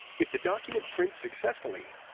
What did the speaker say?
if the document prints successfully,